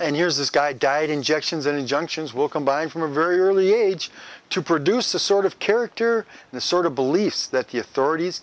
and here's this guy diet injections in injunctions will combine from a very early age to produce the sort of character the sort of beliefs that the authorities